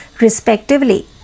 respectively